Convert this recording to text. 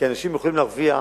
כי אנשים יכולים להרוויח